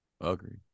Agreed